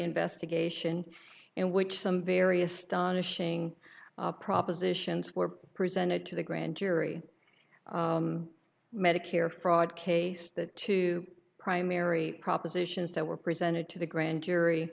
investigation in which some very astonishing propositions were presented to the grand jury medicare fraud case the two primary propositions that were presented to the grand jury